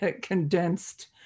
condensed